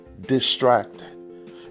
distracted